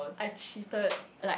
I cheated